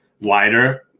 wider